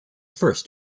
first